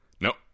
nope